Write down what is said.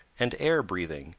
and air-breathing,